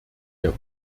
der